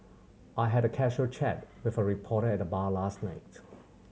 I had a casual chat with a reporter at the bar last night